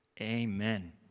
amen